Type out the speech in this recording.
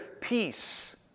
peace